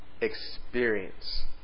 experience